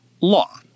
law